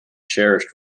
cherished